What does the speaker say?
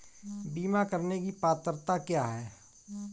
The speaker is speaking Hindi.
बीमा करने की पात्रता क्या है?